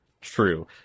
true